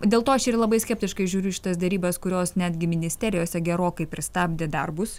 dėl to aš ir labai skeptiškai žiūriu į šitas derybas kurios netgi ministerijose gerokai pristabdė darbus